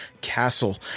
Castle